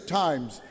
times